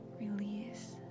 release